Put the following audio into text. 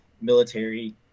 military